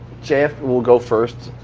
jf will go first.